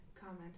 comment